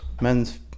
men's